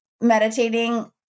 meditating